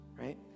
right